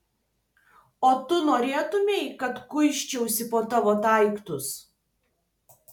o tu norėtumei kad kuisčiausi po tavo daiktus